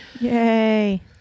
Yay